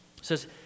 says